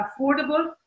affordable